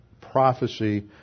prophecy